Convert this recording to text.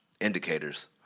indicators